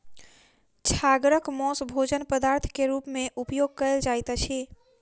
छागरक मौस भोजन पदार्थ के रूप में उपयोग कयल जाइत अछि